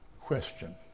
question